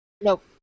Nope